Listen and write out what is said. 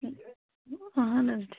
اَہَن حٲز ٹھیٖک